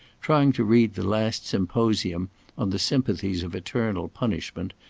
trying to read the last symposium on the sympathies of eternal punishment,